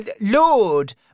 Lord